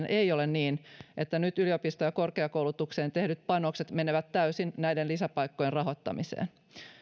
ei ole niin että nyt yliopisto ja korkeakoulutukseen tehdyt panokset menevät täysin näiden lisäpaikkojen rahoittamiseen